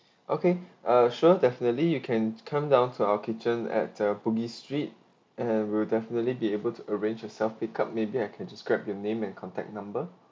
okay uh sure definitely you can come down to our kitchen at the bugis street and we'll definitely be able to arrange yourself pickup maybe I can just grab your name and contact number